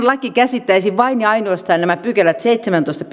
laki käsittäisi vain ja ainoastaan nämä pykälät seitsemäntoista